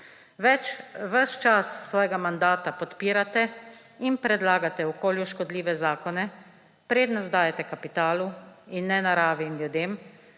Ves čas svojega mandata podpirate in predlagate okolju škodljive zakone, prednost dajete kapitalu in ne naravi in ljudem.